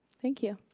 thank you.